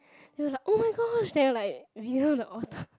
they were like oh-my-gosh they were like the otter